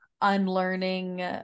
unlearning